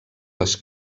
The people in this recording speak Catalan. les